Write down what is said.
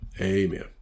Amen